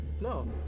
No